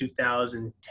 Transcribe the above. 2010